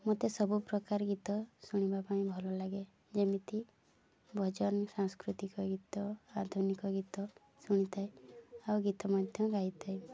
ମତେ ସବୁପ୍ରକାର ଗୀତ ଶୁଣିବା ପାଇଁ ଭଲ ଲାଗେ ଯେମିତି ଭଜନ ସାଂସ୍କୃତିକ ଗୀତ ଆଧୁନିକ ଗୀତ ଶୁଣିଥାଏ ଆଉ ଗୀତ ମଧ୍ୟ ଗାଇଥାଏ